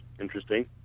Interesting